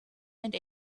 and